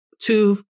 two